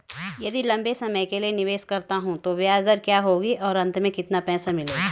यदि लंबे समय के लिए निवेश करता हूँ तो ब्याज दर क्या होगी और अंत में कितना पैसा मिलेगा?